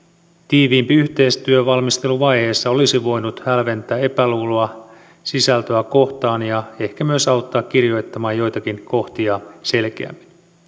tiiviimpi yhteistyö valmisteluvaiheessa olisi voinut hälventää epäluuloa sisältöä kohtaan ja ehkä myös auttaa kirjoittamaan joitakin kohtia selkeämmin